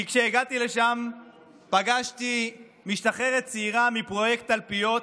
כי כשהגעתי לשם פגשתי משתחררת צעירה מפרויקט תלפיות,